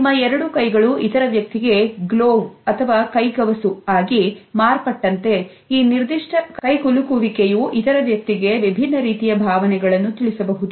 ನಿಮ್ಮ ಎರಡು ಕೈಗಳು ಇತರ ವ್ಯಕ್ತಿಗೆ glove ಆಗಿ ಮಾರ್ಪಟ್ಟಂತೆ ಈ ನಿರ್ದಿಷ್ಟ ಕೈಗೊಳ್ಳುವಿಕೆಯ ಇತರ ವ್ಯಕ್ತಿಗೆ ವಿಭಿನ್ನ ರೀತಿಯ ಭಾವನೆಗಳನ್ನು ತಿಳಿಸಬಹುದು